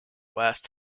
last